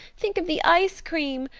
think of the ice cream!